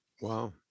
Wow